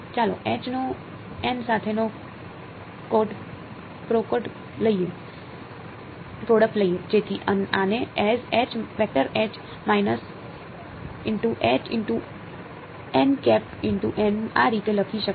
ચાલો નો સાથેનો ડોટ પ્રોડક્ટ લઈએ જેથી આને as આ રીતે લખી શકાય